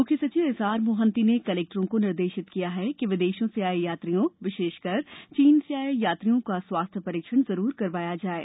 मुख्य सचिव S R Mohanty ने कलेक्टरों को निर्देशित किया कि विदेशों से आये यात्रियों विशेषकर चीन से आये यात्रियों का स्वास्थ्य परीक्षण जरूर करवाया जाये